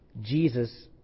Jesus